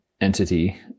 entity